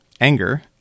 anger